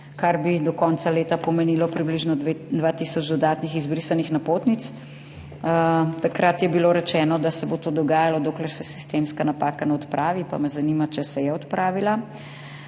kar bi do konca leta pomenilo približno 2 tisoč dodatnih izbrisanih napotnic. Takrat je bilo rečeno, da se bo to dogajalo, dokler se sistemska napaka ne odpravi, pa me zanima, če se je odpravila.